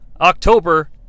October